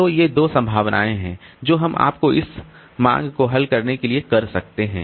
तो ये दो संभावनाएं हैं जो हम आपको इस मांग को हल करने के लिए कर सकते हैं